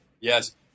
Yes